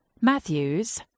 Matthews